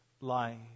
life